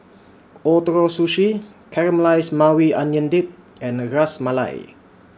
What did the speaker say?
Ootoro Sushi Caramelized Maui Onion Dip and Ras Malai